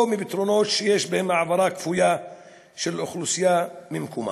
או מפתרונות שיש בהם העברה כפויה של אוכלוסייה ממקומה.